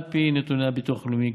על פי נתוני הביטוח הלאומי,